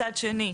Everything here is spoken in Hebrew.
מצד שני,